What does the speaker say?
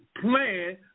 plan